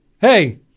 Hey